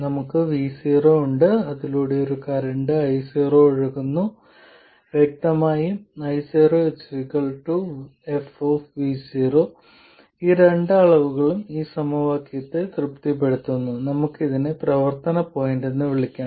നമുക്ക് V0 ഉണ്ട് അതിലൂടെ ഒരു കറന്റ് I0 ഒഴുകുന്നു വ്യക്തമായും I0 f ഈ രണ്ട് അളവുകളും ഈ സമവാക്യത്തെ തൃപ്തിപ്പെടുത്തുന്നു നമുക്ക് ഇതിനെ പ്രവർത്തന പോയിന്റ് എന്ന് വിളിക്കാം